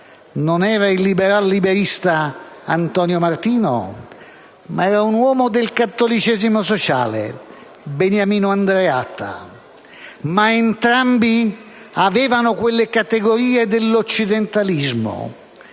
non era il liberal-liberista Antonio Martino, ma un uomo del cattolicesimo sociale, Beniamino Andreatta: entrambi avevano quelle categorie dell'occidentalismo,